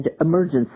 emergency